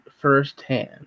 firsthand